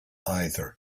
either